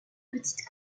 petites